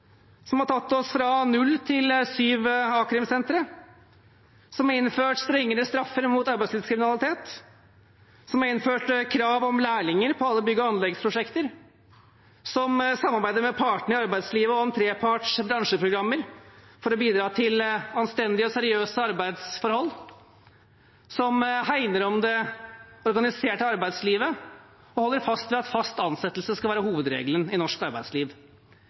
som har tatt oss fra null til syv a-krimsentre, som har innført strengere straffer mot arbeidslivskriminalitet, som har innført krav om lærlinger på alle bygg- og anleggsprosjekter, som samarbeider med partene i arbeidslivet om treparts bransjeprogrammer for å bidra til anstendige og seriøse arbeidsforhold, som hegner om det organiserte arbeidslivet og holder fast ved at fast ansettelse skal være hovedregelen i norsk arbeidsliv.